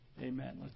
Amen